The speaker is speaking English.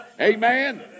Amen